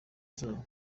zabo